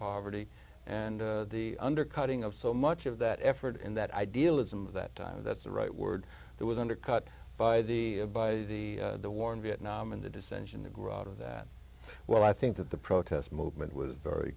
poverty and the undercutting of so much of that effort and that idealism of that time that's the right word that was undercut by the a by the war in vietnam and the dissension to grow out of that well i think that the protest movement was very